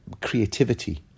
creativity